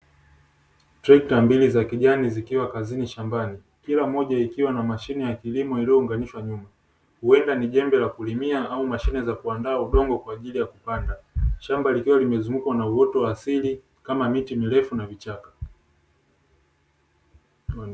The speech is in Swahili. Trekta mbili za kijani zikiwa kazini shambani, kila moja ikiwa na mashine ya kilimo iliyounganishwa nyuma. Huwenda ni jembe la kulimia au mashine za kuandaa udongo kwa ajili ya kupanda. Shamba likiwa limezungukwa na uoto wa asili, kama miti mirefu na vichaka.